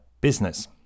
business